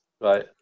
Right